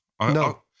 No